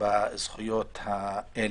בזכויות האלה.